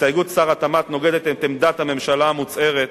הסתייגות שר התמ"ת נוגדת את עמדת הממשלה המוצהרת